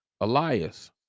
Elias